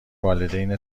والدین